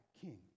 king